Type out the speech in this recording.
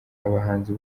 abahanzi